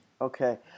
okay